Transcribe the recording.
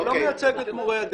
אתה לא מייצג את מורי הדרך.